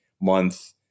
month